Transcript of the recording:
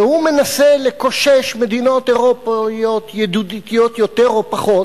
והוא מנסה לקושש מדינות אירופיות ידידותיות יותר או פחות